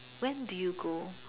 when do you go